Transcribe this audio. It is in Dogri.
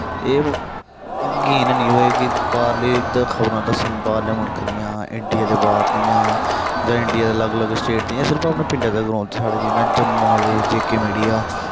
एह् मतलब गेन है निं होऐ कि बाह्रली खब़रा दस्सन बाह्रले मुल्ख दियां इडियां दे बाह्र दियां जां इडियां दे अलग अलग स्टेट दियां एह् सिर्फ अपने पिंडे च गै रौंह्दे साढ़ा जियां जम्मू आह्ले जे के मिडिया